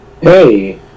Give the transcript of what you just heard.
Hey